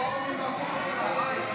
(גיור על ידי רב עיר), התשפ"ג 2023,